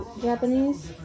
Japanese